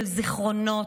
של זיכרונות,